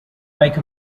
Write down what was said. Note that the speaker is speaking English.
like